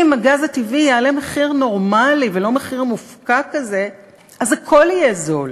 אם הגז הטבעי יעלה מחיר נורמלי ולא מחיר מופקע כזה אז הכול יהיה זול,